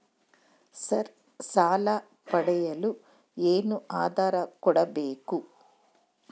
Sir ಸಾಲ ಪಡೆಯಲು ಏನು ಆಧಾರ ಕೋಡಬೇಕು?